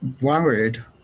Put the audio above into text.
worried